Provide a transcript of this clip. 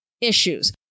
issues